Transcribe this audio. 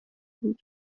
بود